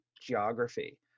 geography